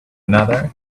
another